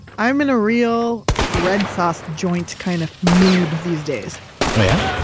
i'm in a real red sauce joint kind of mood these days oh, yeah?